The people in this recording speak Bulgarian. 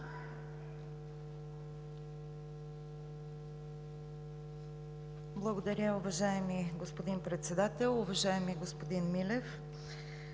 Благодаря, уважаеми господин Председател. Уважаеми господин Милев,